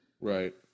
Right